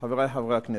חברי חברי הכנסת,